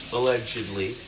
Allegedly